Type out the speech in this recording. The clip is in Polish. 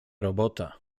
robota